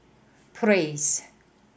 praise